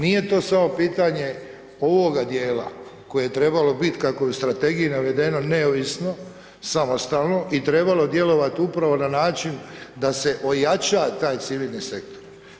Nije to samo pitanje ovoga dijela koje je trebalo bit kako je u strategiji navedeno neovisno, samostalno i trebalo djelovat upravo na način da se ojača taj civilni sektor.